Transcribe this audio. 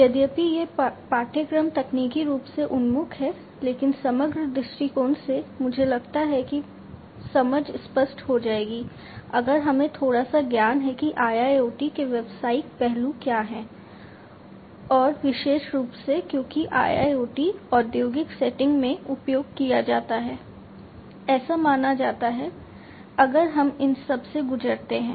यद्यपि यह पाठ्यक्रम तकनीकी रूप से उन्मुख है लेकिन समग्र दृष्टिकोण से मुझे लगता है कि समझ स्पष्ट हो जाएगी अगर हमें थोड़ा सा ज्ञान है कि IIoT के व्यावसायिक पहलू क्या हैं और विशेष रूप से क्योंकि IIoT औद्योगिक सेटिंग में उपयोग किया जाता है ऐसा माना जाता है अगर हम इन सब से गुजरते हैं